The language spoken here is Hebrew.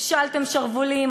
הפשלתם שרוולים,